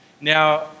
Now